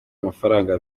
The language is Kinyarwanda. amafaranga